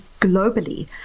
globally